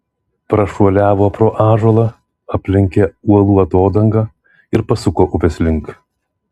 prašuoliavo pro ąžuolą aplenkė uolų atodangą ir pasuko upės link